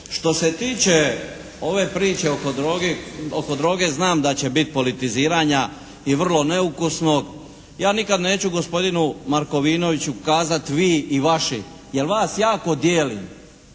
Što se tiče ove priče oko droge, oko droge znam da će biti politiziranja i vrlo neukusno. Ja nikad neću gospodinu Markovinoviću kazati vi i vaši, jer vas jako dijelim